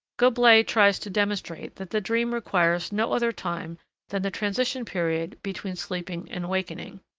goblet tries to demonstrate that the dream requires no other time than the transition period between sleeping and awakening.